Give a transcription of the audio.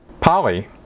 Polly